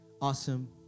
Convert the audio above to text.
Awesome